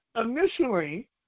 initially